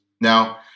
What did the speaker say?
Now